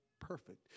perfect